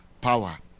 power